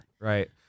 Right